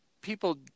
people